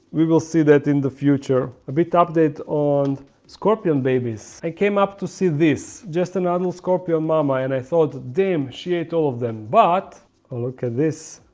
we will see that in the future a big update on scorpion babies i came up to see this just another scorpion mama and i thought damn she ate all of them, but ah look at this